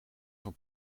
van